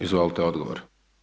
Izvolite odgovor.